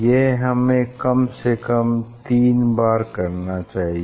यह हमें कम से कम तीन बार करना चाहिए